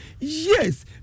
Yes